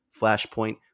Flashpoint